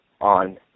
on